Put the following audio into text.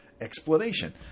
explanation